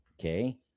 okay